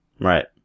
Right